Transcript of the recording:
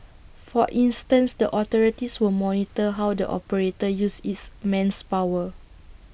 for instance the authorities will monitor how the operator uses its man's power